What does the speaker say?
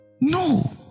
No